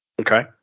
Okay